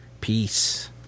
Peace